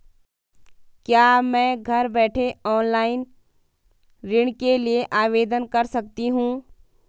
क्या मैं घर बैठे ऑनलाइन ऋण के लिए आवेदन कर सकती हूँ?